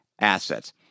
assets